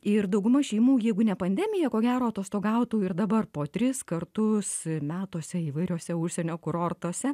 ir dauguma šeimų jeigu ne pandemija ko gero atostogautų ir dabar po tris kartus metuose įvairiuose užsienio kurortuose